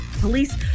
Police